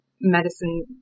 medicine